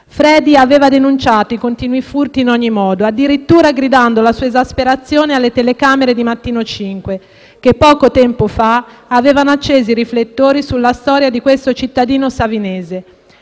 Fredy aveva denunciato i continui furti in ogni modo, addirittura gridando la sua esasperazione alle telecamere di Mattino Cinque, che poco tempo fa avevano acceso i riflettori sulla storia di questo cittadino savinese.